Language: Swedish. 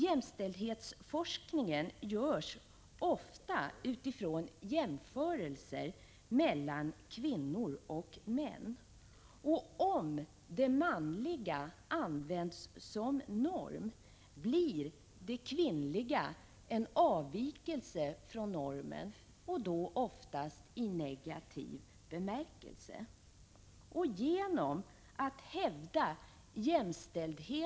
Jämställdhetsforskningen görs ofta utifrån jämförelser mellan kvinnor och män. Om det manliga används som norm blir det kvinnliga en avvikelse från normen, och då oftast i negativ bemärkelse. Genom att hävda jämställdhe — Prot.